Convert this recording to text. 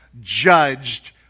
judged